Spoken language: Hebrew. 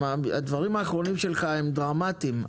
הדברים האחרונים שלך הם דרמטיים.